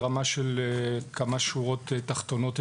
ברמה של כמה שורות תחתונות,